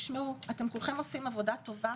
כולכם עושים עבודה טובה.